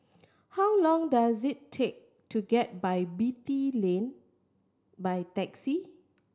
how long does it take to get Beatty Lane by taxi